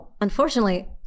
unfortunately